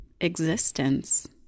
existence